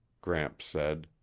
gramps said.